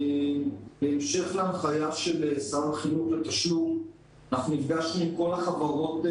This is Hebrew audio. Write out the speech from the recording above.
בהמשך להנחיה של שר החינוך אנחנו נפגשנו עם כל החברות.